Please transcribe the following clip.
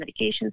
medications